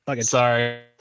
sorry